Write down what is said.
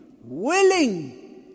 willing